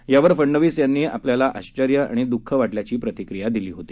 यावर फडणवीस यांनी आपल्याला आश्चर्य आणि द्ःख वाटल्याची प्रतिक्रिया दिली होता